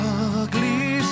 ugly